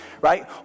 Right